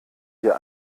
wir